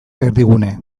erdigune